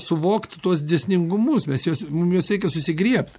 suvokti tuos dėsningumus mes juos mum juos reikia susigriebt